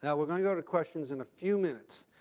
yeah we're going to go to questions in a few minutes.